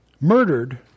murdered